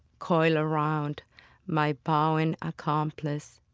coil around my bowing accomplice,